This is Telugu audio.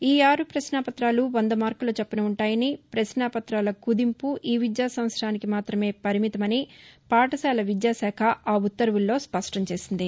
ఈ ఆరు ప్రశ్నాపత్రాలు వంద మార్కుల చొప్పున ఉంటాయని ప్రశ్న పతాల కుదింపు ఈ విద్యా సంవత్సరానికి మాత్రమే పరిమితమని పాఠశాల విద్యా శాఖ ఆ ఉత్తర్వుల్లో స్పష్టం చేసింది